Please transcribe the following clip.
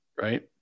Right